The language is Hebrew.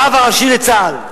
הרב הראשי לצה"ל.